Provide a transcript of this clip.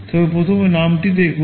তবে প্রথমে নামটি দেখুন